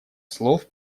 слов